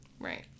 Right